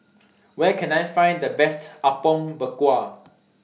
Where Can I Find The Best Apom Berkuah